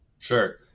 Sure